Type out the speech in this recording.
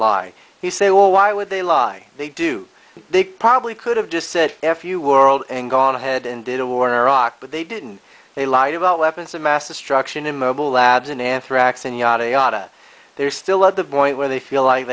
or why would they lie they do they probably could have just said f you world and gone ahead and did a war in iraq but they didn't they lied about weapons of mass destruction in mobile labs in anthrax and yada yada they're still at the point where they feel like